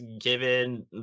given